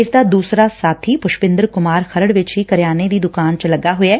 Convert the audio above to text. ਇਸਦਾ ਦਜਾ ਸਾਬੀ ਪੁਸ਼ਪਿੰਦਰ ਕੁਮਾਰ ਖਰਤ ਵਿੱਚ ਹੀ ਕਰਿਆਨੇ ਦੀ ਦੁਕਾਨ ਚ ਲੱਗਾ ਹੋਇਐ